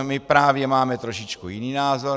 My právě máme trošičku jiný názor.